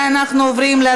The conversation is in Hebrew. אתה